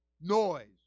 noise